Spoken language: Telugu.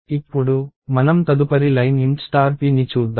ఇప్పుడు మనం తదుపరి లైన్ int p ని చూద్దాం